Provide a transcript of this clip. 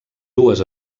dues